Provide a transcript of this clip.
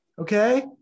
okay